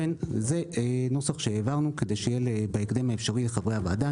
נוסח שהעברנו כדי שיהיה לחברי הוועדה.